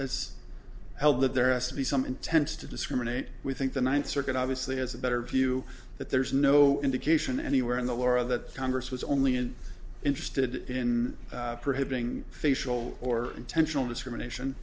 as held that there has to be some intense to discriminate we think the ninth circuit obviously has a better view that there's no indication anywhere in the war that congress was only interested in prohibiting facial or intentional discrimination